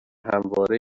همواره